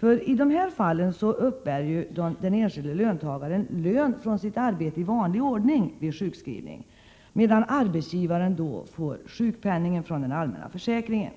Vid statlig anställning uppbär den enskilde löntagaren lön från sitt arbete i vanlig ordning vid sjukskrivning, medan arbetsgivaren får sjukpenningen från den allmänna försäkringen.